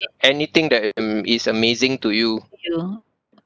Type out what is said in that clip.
anything that mm is amazing to you